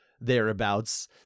thereabouts